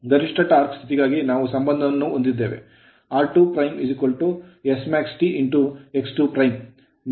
ಆದ್ದರಿಂದ ಗರಿಷ್ಠ torque torque ಸ್ಥಿತಿಗಾಗಿ ನಾವು ಸಂಬಂಧವನ್ನು ಹೊಂದಿದ್ದೇವೆ r2 smaxT x2